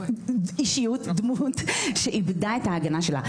אישיות, דמות שאיבדה את ההגנה שלה.